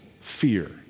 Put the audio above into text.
fear